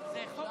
אז תשמע.